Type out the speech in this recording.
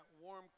warm